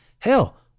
Hell